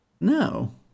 No